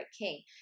king